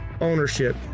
ownership